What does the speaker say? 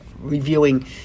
reviewing